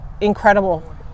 incredible